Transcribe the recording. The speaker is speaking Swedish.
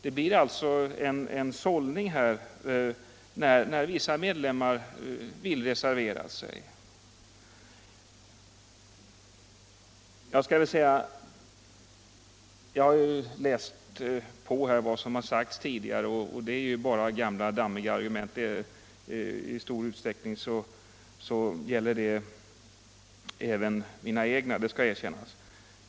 Det blir alltså en sållning när vissa medlemmar vill reservera sig. Jag har läst på vad som sagts tidigare och funnit att det nu bara är fråga om gamla, dammiga argument. I stor utsträckning gäller det även mina egna, det skall erkännas.